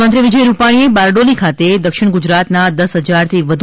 મુખ્યમંત્રી વિજય રૂપાણીએ બારડોલી ખાતે દક્ષિણ ગુજરાતના દસ હજારથી વધુ